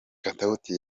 katauti